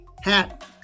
hat